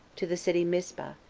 to the city mispah,